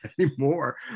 anymore